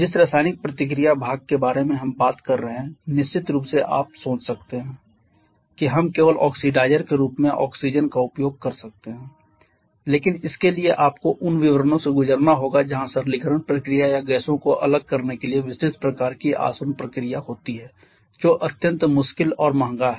जिस रासायनिक प्रतिक्रिया भाग के बारे में हम बात कर रहे हैं निश्चित रूप से आप सोच सकते हैं कि हम केवल ऑक्सिडाइज़र के रूप में ऑक्सीजन का उपयोग कर सकते हैं लेकिन इसके लिए आपको उन विवरणों से गुजरना होगा जहां सरलीकरण प्रक्रिया या गैसों को अलग करने के लिए विस्तृत प्रकार की आसवन प्रक्रिया होती है जो अत्यंत मुश्किल और महंगा है